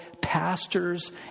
pastors